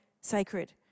sacred